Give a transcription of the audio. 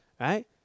right